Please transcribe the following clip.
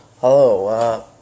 Hello